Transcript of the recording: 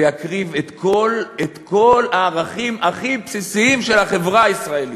ויקריב את כל הערכים הכי בסיסיים של החברה הישראלית?